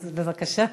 אז, בבקשה.